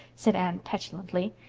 said anne petulantly.